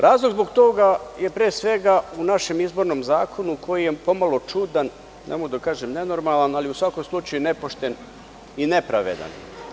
Razlog zbog toga je pre svega u našem izbornom zakonu koji je po malo čudan, ne mogu da kažem nenormalan, ali u svakom slučaju nepošten i nepravedan.